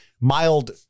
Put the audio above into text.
mild